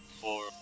Four